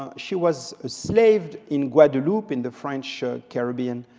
um she was slaved in guadeloupe in the french caribbean,